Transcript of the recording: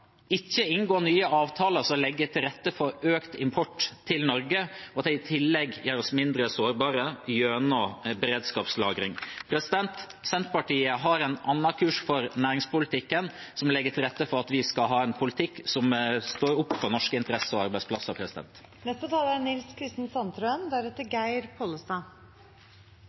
ikke inngå nye avtaler som legger til rette for økt import til Norge. I tillegg ser vi at beredskapslagring gjør oss mindre sårbare. Senterpartiet har en annen kurs for næringspolitikken. Vi legger til rette for en politikk som står opp for norske interesser og arbeidsplasser. Det er